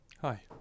Hi